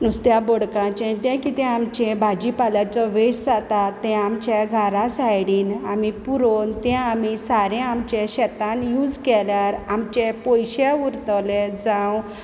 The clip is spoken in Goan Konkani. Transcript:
नुस्त्या बोडक्याचें जें कितें आमचें भाजी पाल्याचो वेस्ट जाता तें आमच्या घारा सायडीन तें आमी पुरोवन तें आमी सारें आमचें शेतांनी यूज केल्यार आमचे पयशे उरतले जावं